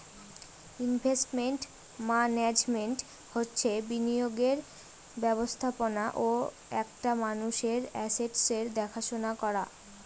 investment management হচ্ছে বিনিয়োগের ব্যবস্থাপনা ও একটা মানুষের আসেটসের দেখাশোনা করা